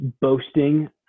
boasting